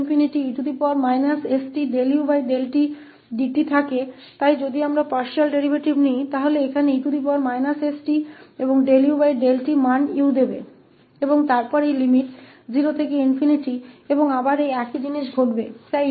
इसलिए यदि हमारे पास यह 0e stutdt है तो यदि हम पार्शियल डेरीवेटिव लेते हैं तो यहां e st और ut आपको देंगे